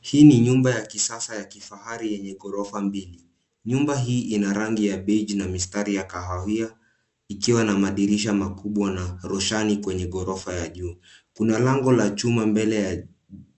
Hii ni nyumba ya kisasa ya kifahari yenye gorofa mbili. Nyumba hii ina rangi ya beige na mistari ya kahawia, ikiwa na madirisha makubwa na roshani kwenye gorofa ya juu. Kuna lango la chuma mbele ya